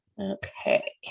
Okay